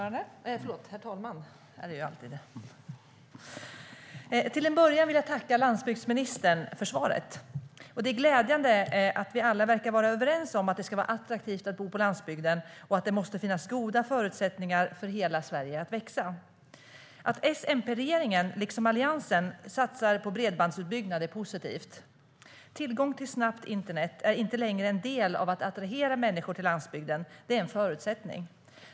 Herr talman! Till att börja med vill jag tacka landsbygdsministern för svaret. Det är glädjande att vi alla verkar vara överens om att det ska vara attraktivt att bo på landsbygden och att det måste finnas goda förutsättningar för hela Sverige att växa. Att S-MP-regeringen liksom Alliansen satsar på bredbandsutbyggnad är positivt. Tillgång till snabbt internet är inte längre en del av att attrahera människor till landsbygden, utan det är en förutsättning.